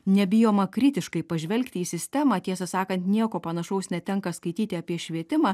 nebijoma kritiškai pažvelgti į sistemą tiesą sakant nieko panašaus netenka skaityti apie švietimą